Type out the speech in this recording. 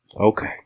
Okay